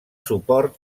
suport